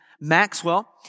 Maxwell